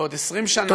בעוד 20 שנה,